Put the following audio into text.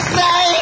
say